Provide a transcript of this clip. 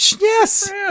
yes